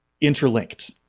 interlinked